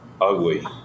ugly